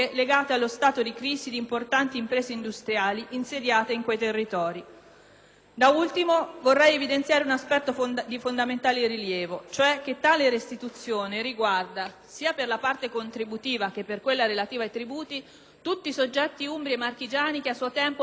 Da ultimo, vorrei evidenziare un aspetto di fondamentale rilievo, cioè che tale restituzione riguarda, sia per la parte contributiva che per quella relativa ai tributi, tutti i soggetti umbri e marchigiani che a suo tempo beneficiarono delle sospensioni, senza distinzioni tra lavoratori pubblici e privati